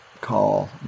call